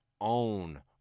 own